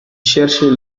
cherchaient